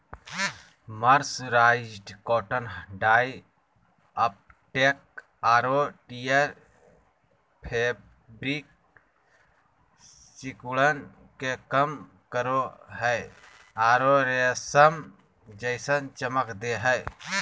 mercerised cotton dye uptake आरो tear fabric सिकुड़न के कम करो हई आरो रेशम जैसन चमक दे हई